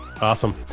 Awesome